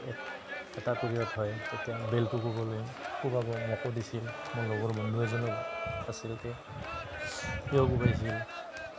এ এটা পিৰিয়ড হয় তেতিয়া বেলটো কোবলে কোবাব মোকো দিছিল মোৰ লগৰ বন্ধু এজনো আছিল তে সিও কোবাইছিল